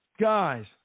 Guys